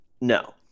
No